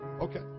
Okay